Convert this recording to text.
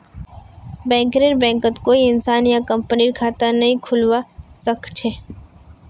बैंकरेर बैंकत कोई इंसान या कंपनीर खता नइ खुलवा स ख छ